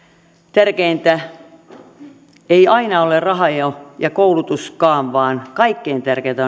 tärkeintä ei aina ole raha ja ja koulutuskaan vaan kaikkein tärkeintä